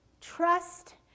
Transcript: trust